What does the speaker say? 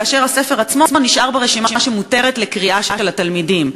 כאשר הספר עצמו נשאר ברשימה שמותרת לקריאה של התלמידים.